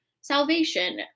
salvation